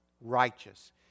righteous